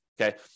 Okay